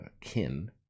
kin